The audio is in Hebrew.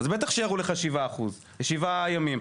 אז בטח שיראו לך שבעה ימים.